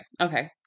okay